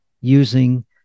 using